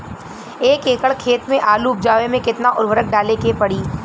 एक एकड़ खेत मे आलू उपजावे मे केतना उर्वरक डाले के पड़ी?